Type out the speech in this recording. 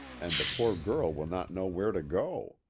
and the poor girl will not know where to go.